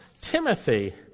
Timothy